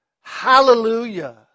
Hallelujah